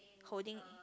holding